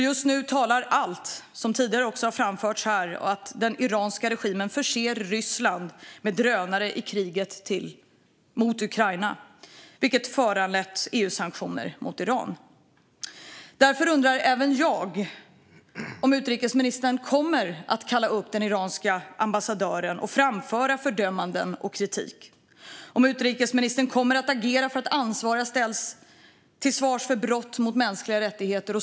Just nu talar allt, som tidigare också har framförts här, för att den iranska regimen förser Ryssland med drönare i kriget mot Ukraina, vilket har föranlett EU-sanktioner mot Iran. Därför undrar även jag om utrikesministern kommer att kalla upp den iranska ambassadören och framföra fördömanden och kritik. Kommer utrikesministern att agera för att ansvariga ställs till svars för brott mot mänskliga rättigheter?